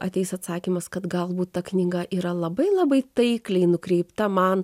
ateis atsakymas kad galbūt ta knyga yra labai labai taikliai nukreipta man